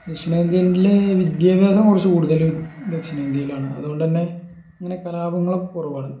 ദക്ഷിണേന്ത്യൻൽ വിദ്യാഭ്യാസം കുറച്ച് കൂടുതൽ ദക്ഷിണേന്ത്യയിലാണ് അതുകൊണ്ടെന്നെ ഇങ്ങനെ കലാപങ്ങളൊക്കെ കുറവാണ്